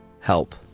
help